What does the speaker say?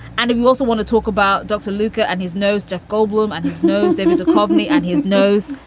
and if you also want to talk about dr. luka and his nose, jeff goldblum and his nose dive into um ah me and his nose,